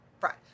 Right